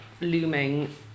looming